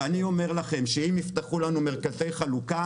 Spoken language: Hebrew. אני אומר לכם שאם יפתחו לנו מרכזי חלוקה,